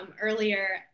earlier